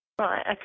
right